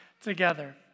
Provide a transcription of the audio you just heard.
together